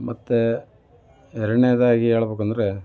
ಮತ್ತು ಎರಡನೇದಾಗಿ ಹೇಳಬೇಕೆಂದ್ರೆ